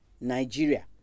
Nigeria